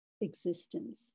existence